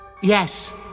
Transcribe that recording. Yes